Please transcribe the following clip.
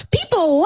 People